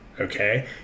Okay